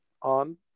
on